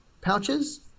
pouches